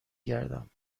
گردم